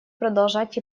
продолжать